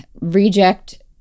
reject